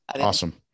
Awesome